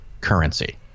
currency